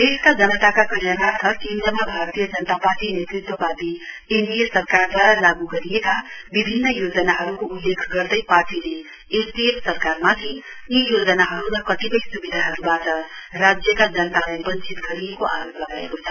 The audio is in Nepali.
देशका जनताका कल्याणार्थ केन्द्रमा भारतीय जनता पार्टी नेतृत्ववाद एनडीए सरकारद्वारा लागू गरिएका विभिन्न योजनाहरूको उल्लेख गर्दै पार्टीले एसडीएफ सरकारमाथि यी योजनाहरू र कतिपय स्विधाहरूबाट राज्यका जनतालाई वञ्चित गरिएको आरोप लगाएको छ